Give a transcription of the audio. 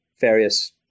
various